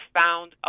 found